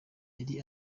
yari